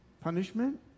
Punishment